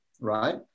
right